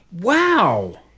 Wow